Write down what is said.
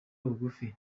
bugufi